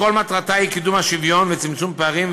כל מטרתה היא קידום השוויון וצמצום פערים,